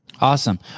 Awesome